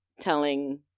telling